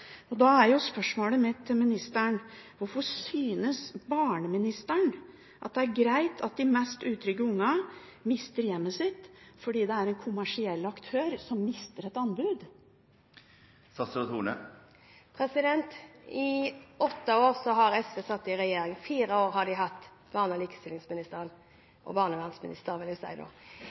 Mitt spørsmål til barneministeren er: Hvorfor synes hun det er greit at de mest utrygge ungene mister hjemmet sitt fordi det er en kommersiell aktør som taper et anbud? I åtte år satt SV i regjering. I fire år hadde de barne- og likestillingsministeren – og, vil jeg si,